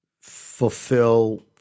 fulfill